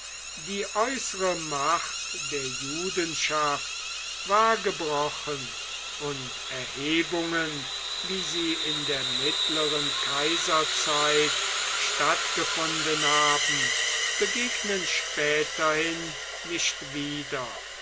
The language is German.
die äußere macht der judenschaft war gebrochen und erhebungen wie sie in der mittleren kaiserzeit stattgefunden haben begegnen späterhin nicht wieder